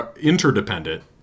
interdependent